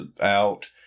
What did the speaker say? out